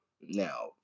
Now